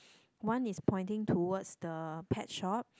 one is pointing towards the pet shop